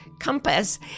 compass